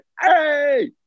Hey